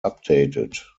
updated